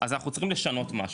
אז אנחנו צריכים לשנות משהו,